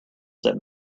that